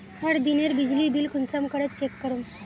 हर दिनेर बिजली बिल कुंसम करे चेक करूम?